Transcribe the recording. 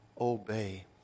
obey